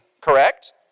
Correct